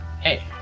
hey